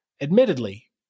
admittedly